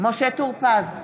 משה טור פז,